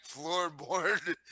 floorboard